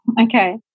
Okay